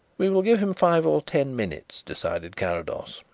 we will give him five or ten minutes, decided carrados.